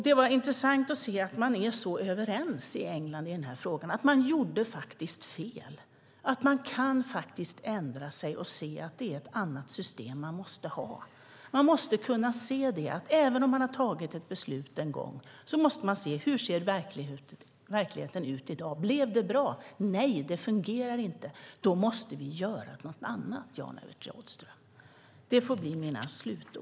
Det var intressant att se att man är så överens i England i den här frågan, om att man faktiskt gjorde fel. Man kan faktiskt ändra sig och se att det är ett annat system man måste ha. Man måste kunna se det. Även om man har tagit ett beslut en gång måste man se hur verkligheten ser ut i dag. Blev det bra? Nej, det fungerar inte. Då måste vi göra något annat, Jan-Evert Rådhström. Det får bli mina slutord.